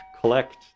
collect